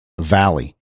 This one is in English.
valley